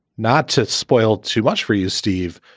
not to spoil too much for you, steve,